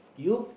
you